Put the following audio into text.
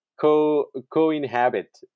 co-inhabit